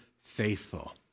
faithful